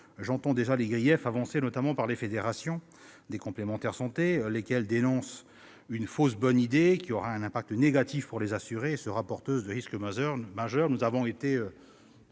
j'entends les griefs avancés, notamment, par les fédérations des complémentaires santé, lesquelles dénoncent « une fausse bonne idée qui aura un impact négatif pour les assurés » et sera « porteuse de risques majeurs ». Nous avons été